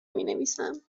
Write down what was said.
مینویسم